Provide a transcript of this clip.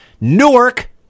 Newark